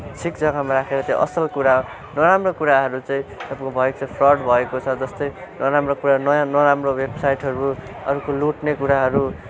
ठिक जग्गामा राखेर त्यो असल कुरा नराम्रो कुराहरू चाहिँ तपाईँको भएको छ फ्रड भएको छ जस्तै नराम्रो कुरा नया नराम्रो वेबसाइटहरू अरूको लुटने कुराहरू